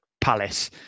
Palace